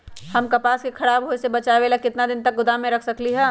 हम कपास के खराब होए से बचाबे ला कितना दिन तक गोदाम में रख सकली ह?